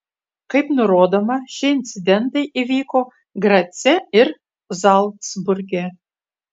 kaip nurodoma šie incidentai įvyko grace ir zalcburge